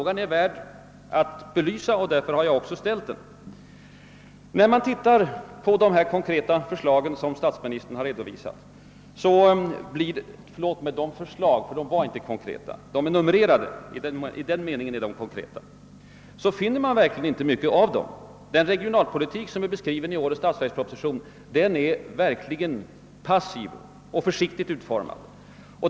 Saken är värd att belysas och därför har jag ställt frågan. Om man går till de konkreta förslag som statsministern har redovisat — förlåt, de förslag, ty de var konkreta endast i den meningen att de är numrerade — finner man verkligen inte mycket av reellt innehåll. Den regionalpolitik som är beskriven i årets statsverksproposition är passivt och försiktigt utformad.